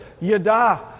yada